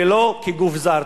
ולא כגוף זר.